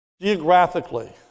geographically